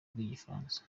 rw’igifaransa